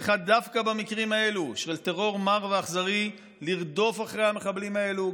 צריכה דווקא במקרים האלה של טרור מר ואכזרי לרדוף אחרי המחבלים האלה,